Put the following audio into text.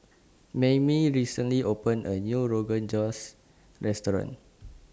Maymie recently opened A New Rogan Josh Restaurant